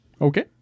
Okay